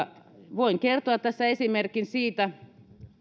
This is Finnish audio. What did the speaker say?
voin kertoa esimerkin siitä